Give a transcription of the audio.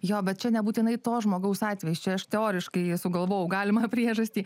jo bet čia nebūtinai to žmogaus atvejis čia aš teoriškai sugalvojau galimą priežastį